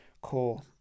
core